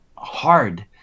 hard